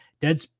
dead